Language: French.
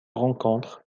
rencontres